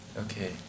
okay